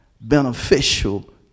beneficial